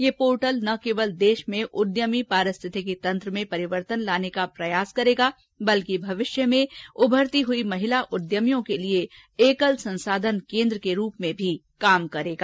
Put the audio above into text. ये पोर्टल न सिर्फ देश में उद्यमी पारिस्थितिकी तंत्र में परिवर्तन लाने के प्रयास करेगा बल्कि भविष्य में उभरती हुई महिला उद्यमियों के लिए एकल संसाधन केन्द्र के रूप में भी कार्य करेगा